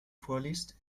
vorliest